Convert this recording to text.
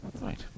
Right